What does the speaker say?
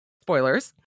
Spoilers